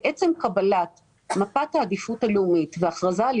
עצם קבלת מפת העדיפות הלאומית והכרזה על